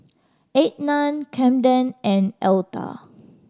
Ednah Camden and Elta